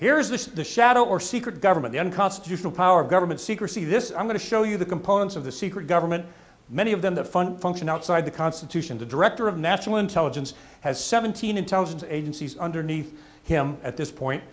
here is this the shadow or secret government the unconstitutional power of government secrecy this i'm going to show you the components of the secret government many of them the fun function outside the constitution the director of national intelligence has seventeen intelligence agencies underneath him at this point